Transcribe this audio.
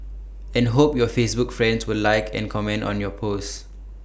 and hope your Facebook friends will like or comment on your post